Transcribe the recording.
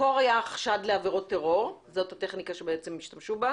המקור היה עבירות טרור, זו הטכניקה בה השתמשו.